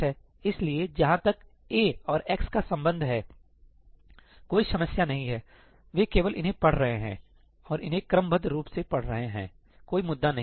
इसलिए जहाँ तक A और x का संबंध है सही कोई समस्या नहीं है वे केवल इन्हें पढ़ रहे हैं और इन्हें क्रमबद्ध रूप से पढ़ रहे हैं कोई मुद्दा नहीं